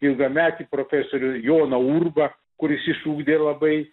ilgametį profesorių joną urbą kuris išugdė labai